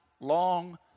long